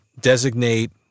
designate